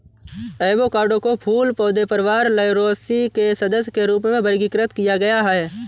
avocado को फूल पौधे परिवार लौरासी के सदस्य के रूप में वर्गीकृत किया गया है